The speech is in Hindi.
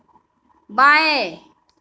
बाएँ